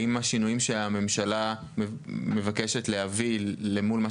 אם השינויים שהממשלה מבקשת להביא מול מה